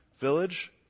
village